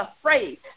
afraid